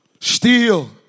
steel